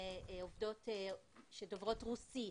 עובדות שדוברות רוסית,